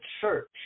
church